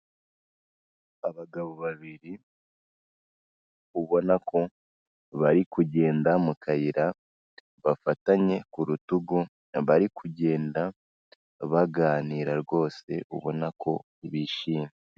Abagabo babiri ubona ko bari kugenda mu kayira bafatanye ku rutugu bari kugenda baganira rwose ubona ko bishimye.